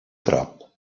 prop